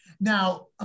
Now